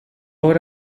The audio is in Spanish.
obra